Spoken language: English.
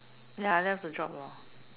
ya I left the job lo